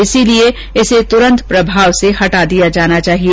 इसलिए इसे तुरंत प्रभाव से हटा दिया जाना चाहिए